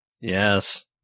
Yes